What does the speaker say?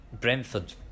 Brentford